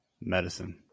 Medicine